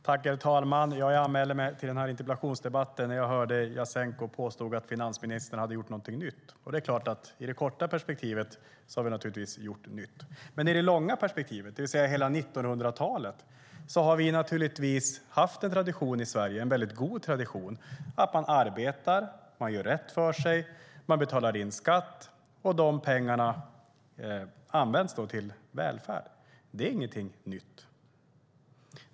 Herr talman! Jag anmälde mig till denna interpellationsdebatt när jag hörde Jasenko Omanovic påstå att finansministern hade gjort någonting nytt. Det är klart att i det korta perspektivet är det någonting nytt som har gjorts. Men i det långa perspektivet, det vill säga hela 1900-talet, har vi naturligtvis haft en mycket god tradition i Sverige av att man arbetar, att man gör rätt för sig, att man betalar in skatt och att dessa pengar används till välfärd. Det är ingenting nytt.